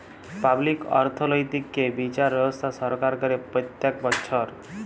public অর্থনৈতিক্যে বিচার ব্যবস্থা সরকার করে প্রত্যক বচ্ছর